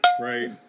right